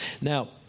Now